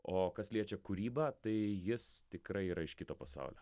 o kas liečia kūrybą tai jis tikrai yra iš kito pasaulio